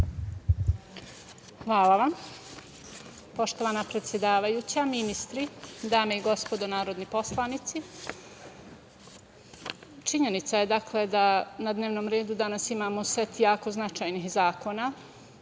Hvala vam. Poštovana predsedavajuća, ministri, dame i gospodo narodni poslanici, činjenica je da na dnevnom redu danas imamo set jako značajnih zakona